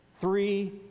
Three